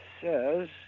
says